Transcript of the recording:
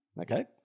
Okay